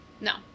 No